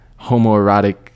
homoerotic